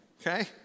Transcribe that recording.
Okay